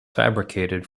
fabricated